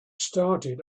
started